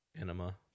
Enema